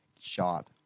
shot